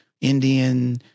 Indian